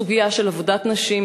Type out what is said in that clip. הסוגיה של עבודת נשים,